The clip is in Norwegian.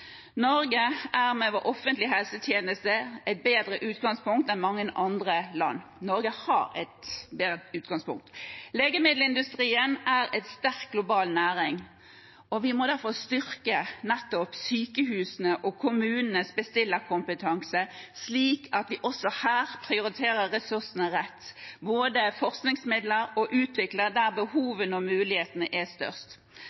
Norge har med sin offentlige helsetjeneste et bedre utgangspunkt enn mange andre land. Legemiddelindustrien er en sterk global næring, og vi må derfor styrke sykehusenes og kommunenes bestillerkompetanse, slik at vi også her prioriterer ressursene rett, bruker forskningsmidler og utvikler der